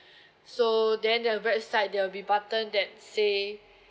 so then the website there will be button that say